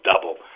double